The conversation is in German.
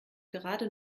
gerade